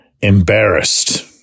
embarrassed